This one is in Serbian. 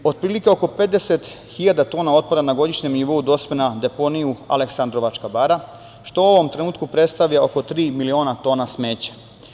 Otprilike oko 50.000 tona otpada na godišnjem nivou dospe na deponiju Aleksandrovačka bara, što u ovom trenutku predstavlja oko tri miliona tona smeća.